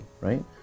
right